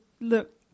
look